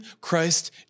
Christ